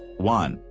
one.